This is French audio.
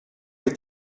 est